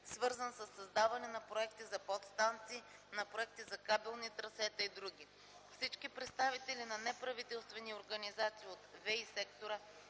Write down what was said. свързан със създаване на проекти за подстанции, на проекти за кабелни трасета и други. Всички представители на неправителствени организации от ВЕИ-сектора